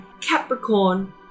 Capricorn